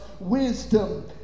wisdom